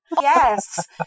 Yes